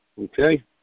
Okay